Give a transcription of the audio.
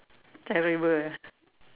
terrible eh